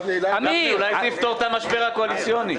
אולי זה יפתור את המשבר הקואליציוני...